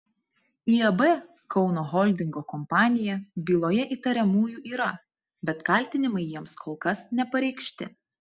iab kauno holdingo kompanija byloje įtariamųjų yra bet kaltinimai jiems kol kas nepareikšti